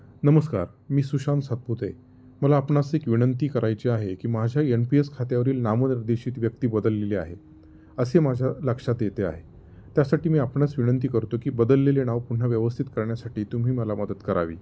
नमस्कार मी सुशांत सातपुते मला आपणास एक विनंती करायची आहे की माझ्या एन पी एस खात्यावरील नामनिर्देशित व्यक्ती बदललेली आहे असे माझ्या लक्षात येते आहे त्यासाठी मी आपणास विनंती करतो की बदललेले नाव पुन्हा व्यवस्थित करण्यासाठी तुम्ही मला मदत करावी